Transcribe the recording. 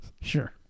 Sure